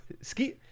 Ski